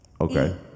Okay